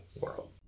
world